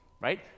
Right